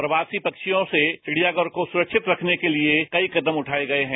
प्रवासी पक्षियों से चिडियाघर को सुरक्षित रखने के लिए कई कदम उठाए गए हैं